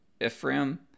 ephraim